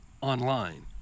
online